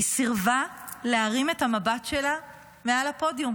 היא סירבה להרים את המבט שלה מעל הפודיום,